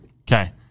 Okay